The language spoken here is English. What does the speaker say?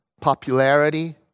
popularity